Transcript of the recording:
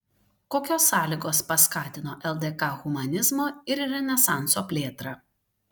kokios sąlygos paskatino ldk humanizmo ir renesanso plėtrą